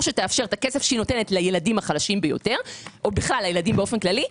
שתאפשר את הכסף שהיא נותנת לילדים החלשים ביותר או בכלל לילדים באופן כללי,